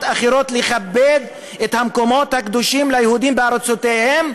אחרות לכבד את המקומות הקדושים ליהודים בארצותיהם,